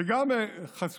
שגם הם חשופים.